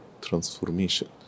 transformation